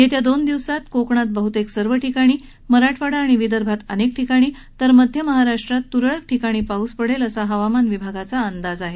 येत्या दोन दिवसांत कोकणात बहुतेक सर्व ठिकाणी मराठवाडा आणि विदर्भात अनेक ठिकाणीतर मध्य महाराष्ट्रात तुरळ ठिकाणी पाऊस पडेल असा हवामान विभागाचा अंदाज आहे